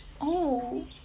oh